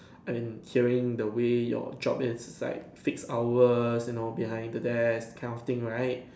I mean hearing the way your job is like fix hours you know behind the desk that kind of thing right